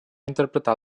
interpretar